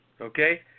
okay